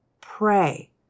Pray